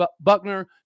Buckner